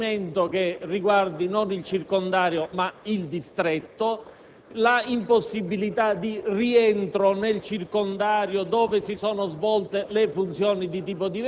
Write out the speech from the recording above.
localizza nell'ambito del circondario. Il mutamento sostanziale comporta la possibilità e la necessità di un termine per i subemendamenti.